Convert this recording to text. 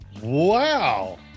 Wow